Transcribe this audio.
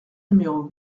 numéro